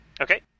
Okay